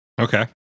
Okay